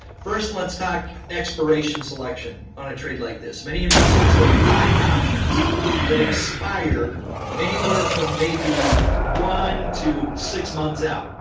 first, let's talk expiration selection on a trade like this. many investors, they'll be buying options that expire anywhere from maybe one to six months out.